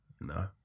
No